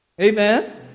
Amen